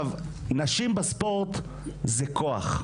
נשים בספורט זה כוח.